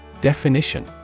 Definition